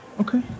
Okay